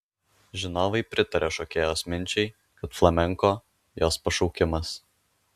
žinovai pritaria šokėjos minčiai kad flamenko jos pašaukimas